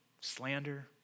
slander